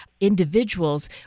individuals